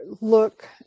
look